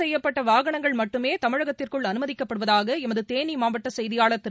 செய்யப்பட்டவாகனங்கள் மின்னறைதிவு மட்டுமே தமிழகத்திற்குள் அனுமதிக்கப்படுவதாகஎமதுதேனிமாவட்டசெய்தியாளர் திரு